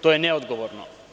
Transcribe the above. To je neodgovorno.